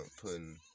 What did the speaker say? putting